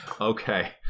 okay